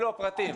אלו הפרטים.